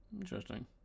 Interesting